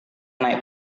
naik